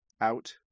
out